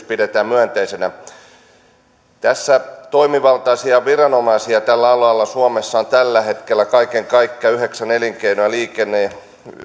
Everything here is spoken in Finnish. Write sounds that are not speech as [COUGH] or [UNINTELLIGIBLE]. [UNINTELLIGIBLE] pidetään myönteisenä toimivaltaisia viranomaisia tällä alalla suomessa on tällä hetkellä kaiken kaikkiaan yhdeksän elinkeino liikenne